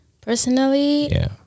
Personally